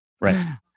Right